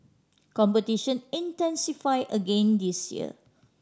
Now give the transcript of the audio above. competition intensify again this year